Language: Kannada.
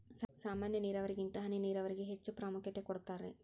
ಸಾಮಾನ್ಯ ನೇರಾವರಿಗಿಂತ ಹನಿ ನೇರಾವರಿಗೆ ಹೆಚ್ಚ ಪ್ರಾಮುಖ್ಯತೆ ಕೊಡ್ತಾರಿ